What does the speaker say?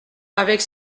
avec